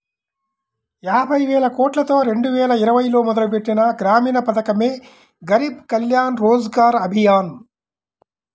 యాబైవేలకోట్లతో రెండువేల ఇరవైలో మొదలుపెట్టిన గ్రామీణ పథకమే గరీబ్ కళ్యాణ్ రోజ్గర్ అభియాన్